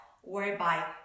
whereby